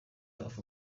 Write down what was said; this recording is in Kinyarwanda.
tuff